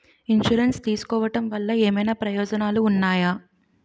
Insurance తీసుకోవటం వల్ల ఏమైనా ప్రయోజనాలు ఉన్నాయా?